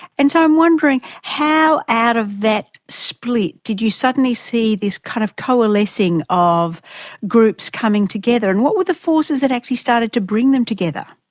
and so i'm wondering how out of that split did you suddenly see this kind of coalescing of groups coming together? and what were the forces that actually started to bring them together?